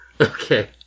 Okay